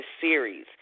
series